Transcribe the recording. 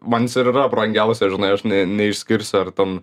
man yra brangiausia žinai aš neišskirsiu ar ten